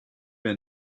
mehr